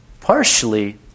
Partially